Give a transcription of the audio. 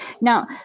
Now